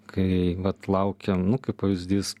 kai vat laukiam nu kaip pavyzdys